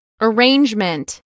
Arrangement